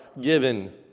given